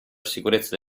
sicurezza